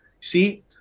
See